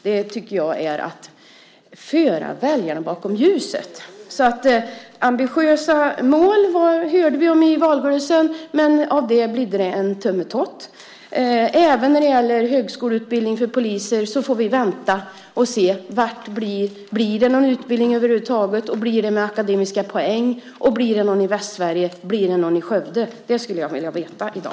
Det tycker jag är att föra väljarna bakom ljuset. Ambitiösa mål hörde vi om i valrörelsen, men av det bidde det en tummetott. Även när det gäller högskoleutbildning för poliser får vi vänta och se om det blir någon utbildning över huvud taget. Blir det en utbildning med akademiska poäng? Blir det någon utbildning i Västsverige, i Skövde? Det skulle jag vilja veta i dag.